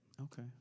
Okay